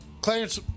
Clarence